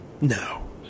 No